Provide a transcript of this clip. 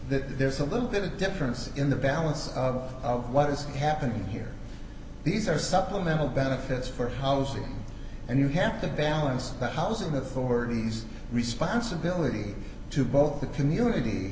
that there's a little bit of difference in the balance of what is happening here these are supplemental benefits for housing and you have to balance that housing authorities responsibility to both the community